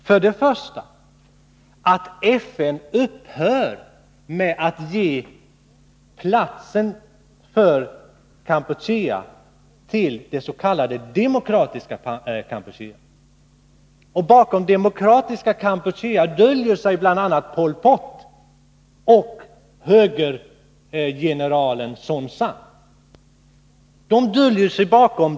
Den ena är att FN upphör med att ge platsen för Kampuchea till det s.k. Demokratiska Kampuchea. Bakom Demokratiska Kampuchea döljer sig Pol Pot och högergeneralen Son Sann.